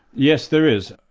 yes, there is.